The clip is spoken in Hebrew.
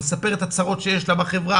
לספר את הצרות שיש לה בחברה,